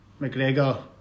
McGregor